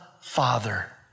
Father